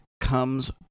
comes